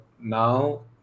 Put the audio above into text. now